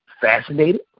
fascinated